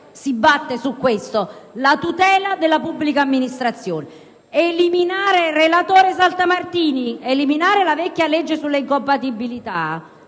si batte su questo, la tutela della pubblica amministrazione. Relatore Saltamartini, è stata eliminata la vecchia legge sulle incompatibilità,